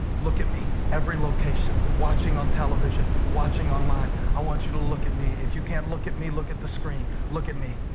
look at me. every location, watching on television, watching online, i want you to look at me. if you can't look at me, look at the screen. look at me.